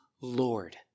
Lord